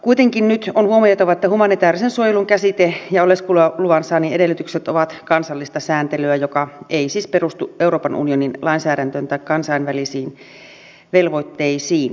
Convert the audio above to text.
kuitenkin nyt on huomioitava että humanitäärisen suojelun käsite ja oleskeluluvan saannin edellytykset ovat kansallista sääntelyä joka ei siis perustu euroopan unionin lainsäädäntöön tai kansainvälisiin velvoitteisiin